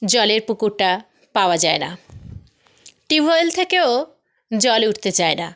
জলের পুকুরটা পাওয়া যায় না টিউবওয়েল থেকেও জলে উটতে চায় না